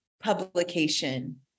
publication